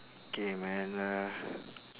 K man uh